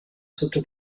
sotto